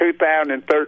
2013